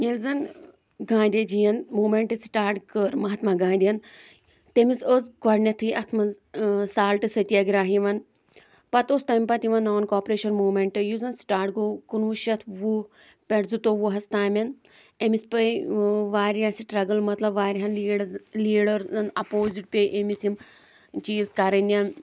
ییٚلہِ زن گانڈھے جِی ین موٗمینٹ سِٹاٹ کٔر مہتما گاندھے ین تٔمِس ٲس گۄڈٕنیتھٕے اتھ منٛز سالٹ ستیا گراہ یِوان پتہِ اوس تمہِ پتہٕ یِوان نان کوپریشن موٗمینٹ یُس زن سِٹاٹ گوٚو کُنوُہ شیٚتھ وُہ پیٹھ زٕتووُہس تامٮ۪ن أمِس پے واریاہ سِٹرگٕل مطلب وارِیہن لیٖڈ لیٖڈرزن اپوزِٹ پے أمِس یِم چیٖز کرٕنۍ ین